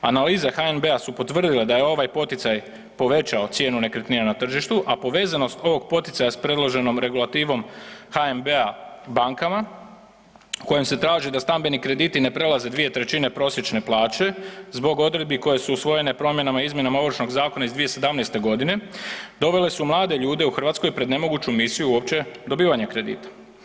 Analize HNB-a su potvrdile da je ovaj poticaj povećao cijenu nekretnina na tržištu, a povezanost ovog poticaja s predloženom regulativom HNB-a bankama kojom se traži da stambeni krediti ne prelaze dvije trećine prosječne plaće zbog odredbi koje su usvojene promjenama i izmjenama Ovršnog zakona iz 2017.g. dovele su mlade ljude u Hrvatskoj pred nemoguću misiju uopće dobivanja kredita.